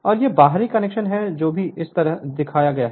और यह बाहरी कनेक्शन है जो भी इस तरह दिया गया है